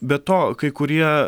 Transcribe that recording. be to kai kurie